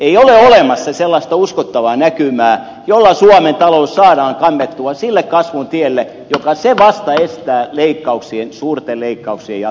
ei ole olemassa sellaista uskottavaa näkymää jolla suomen talous saadaan kannettua sille kasvun tielle joka vasta estää suurten leikkauksien tekemisen jatkossa